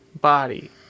body